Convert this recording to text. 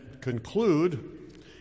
conclude